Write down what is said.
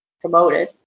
promoted